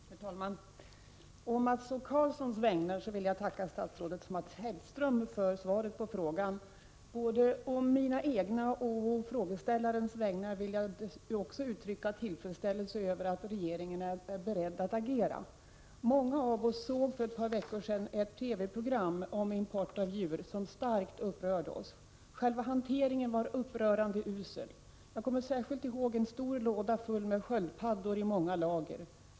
Herr talman! På Mats O Karlssons vägnar vill jag tacka statsrådet Mats Hellström för svaret på frågan. Både på mina egna och på frågeställarens vägnar vill jag också uttrycka tillfredsställelse över att regeringen är beredd att agera. Många av oss såg för ett par veckor sedan ett TV-program om import av djur, vilket starkt upprörde oss. Själva hanteringen var upprörande usel. Jag kommer särskilt ihåg en stor låda full med sköldpaddor i många lager.